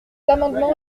amendement